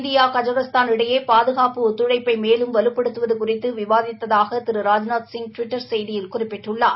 India Kazakhstan இடையே பாதுகாப்பு ஒத்துழைப்பு மேலும் வலுப்படுத்துவது குறித்து விவாதித்ததாக திரு ராஜ்நாத்சிங் டுவிட்டர் செய்தியில் குறிப்பிட்டுள்ளார்